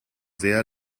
sehr